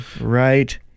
right